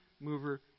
mover